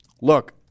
Look